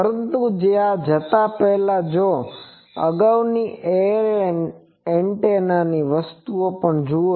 પરંતુ ત્યાં જતા પહેલાં જો તમે મારી અગાઉની એરે એન્ટેના વસ્તુઓ પણ જુઓ